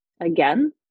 again